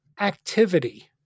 activity